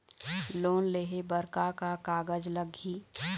Loan लेहे बर का का कागज लगही?